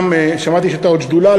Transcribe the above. שמעתי שהייתה עוד שדולה,